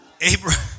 Abraham